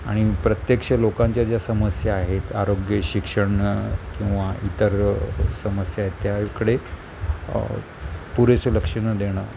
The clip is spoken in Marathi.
आणि प्रत्यक्ष लोकांच्या ज्या समस्या आहेत आरोग्य शिक्षण किंवा इतर समस्या आहेत त्याकडे पुरेस लक्ष न देणं